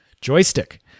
joystick